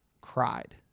cried